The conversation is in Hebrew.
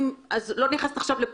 אני לא רוצה להיכנס לפוליטיקה,